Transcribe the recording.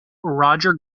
roger